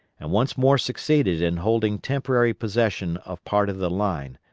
and once more succeeded in holding temporary possession of part of the line,